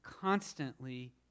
constantly